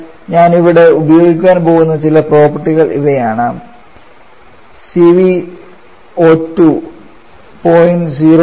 അതിനാൽ ഞാൻ ഇവിടെ ഉപയോഗിക്കാൻ പോകുന്ന ചില പ്രോപ്പർട്ടികൾ ഇവയാണ് cvO2 0